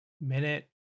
Minute